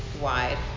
wide